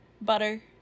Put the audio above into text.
Butter